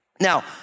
Now